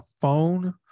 phone